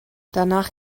danach